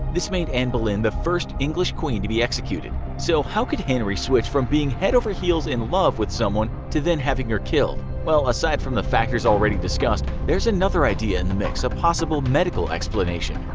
this made anne boleyn the first english queen to be executed. so how could henry switch from being head-over-heels in love with someone to then having her killed? well, aside from the factors already discussed, there is another idea in the mix, a possible medical explanation.